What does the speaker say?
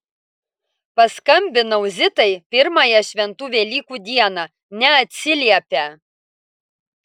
paskambinau zitai pirmąją šventų velykų dieną neatsiliepia